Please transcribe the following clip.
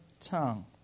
tongue